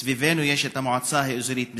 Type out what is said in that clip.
וסביבנו יש את המועצה האזורית משגב.